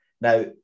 Now